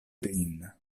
lin